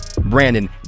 Brandon